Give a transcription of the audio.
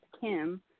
Kim